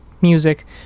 music